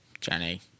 Jenny